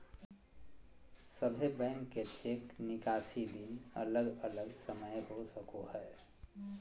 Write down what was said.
सभे बैंक के चेक निकासी दिन अलग अलग समय हो सको हय